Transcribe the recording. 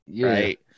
Right